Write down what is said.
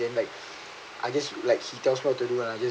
then like I just like he tells what to do and I just